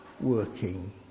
working